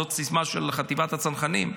זו סיסמה של חטיבת הצנחנים,